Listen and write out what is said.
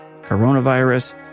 coronavirus